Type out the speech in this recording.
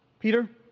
peter.